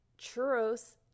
churros